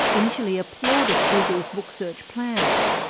initially applauded google's booksearch plans,